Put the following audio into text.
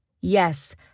Yes